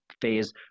phase